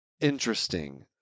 interesting